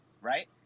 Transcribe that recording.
Right